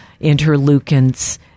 interleukins